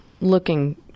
looking